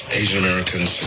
asian-americans